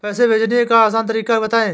पैसे भेजने का आसान तरीका बताए?